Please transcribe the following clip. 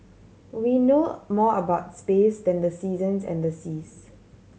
we know more about space than the seasons and the seas